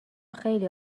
خیلی